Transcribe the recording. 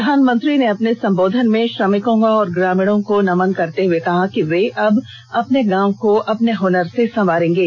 प्रधानमंत्री ने अपने संबोधन में श्रमिकों और ग्रामीणों को नमन करते हुए कहा कि वे अब अपने गांव को अपने हनर से संवारेंगे